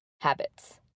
habits